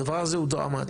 הדבר הזה הוא דרמטי.